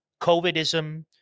COVIDism